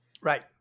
Right